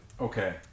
Okay